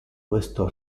questo